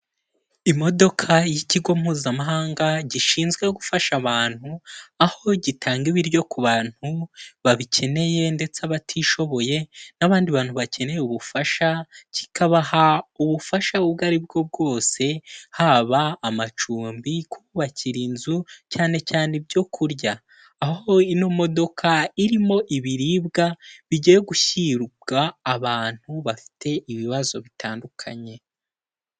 Imodoka y'ikigo Mpuzamahanga gishinzwe gufasha abantu aho gitanga ibiryo ku bantu babikeneye ndetse abatishoboye n'abandi bantu bakeneye ubufasha, kikabaha ubufasha ubwo ari bwo bwose haba amacumbi, kububakira inzu, cyane cyane ibyo kurya aho ino modoka irimo ibiribwa bigiye gushyirwa abantu bafite ibibazo bitandukanye.